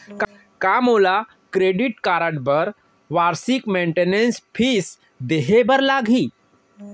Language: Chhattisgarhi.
का मोला क्रेडिट कारड बर वार्षिक मेंटेनेंस फीस देहे बर लागही?